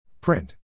Print